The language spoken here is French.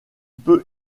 peut